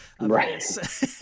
Right